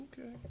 Okay